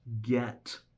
get